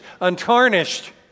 untarnished